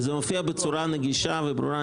זה מופיע בצורה נגישה וברורה,